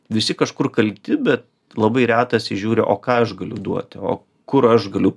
visi kažkur kalti be labai retas įžiūri o ką aš galiu duoti o kur aš galiu